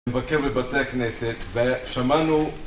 מבקר לבתי הכנסת ושמענו